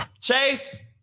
Chase-